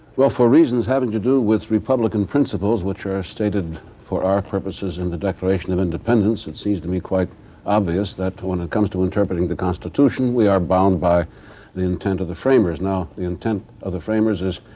well, for reasons having to do with republican principles which are are stated for our purposes in the declaration of independence, it seems to me quite obvious that when it comes to interpreting the constitution, we are bound by the intent of the framers. now, the intent of the framers is,